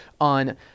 on